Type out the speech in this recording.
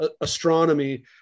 Astronomy